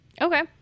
Okay